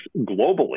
globally